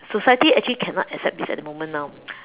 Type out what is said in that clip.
society actually cannot accept this at the moment now